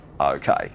Okay